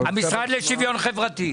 המשרד לשוויון חברתי.